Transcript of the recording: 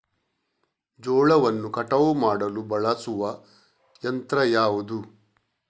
ಜೋಳವನ್ನು ಕಟಾವು ಮಾಡಲು ಬಳಸುವ ಯಂತ್ರ ಯಾವುದು?